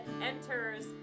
enters